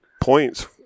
points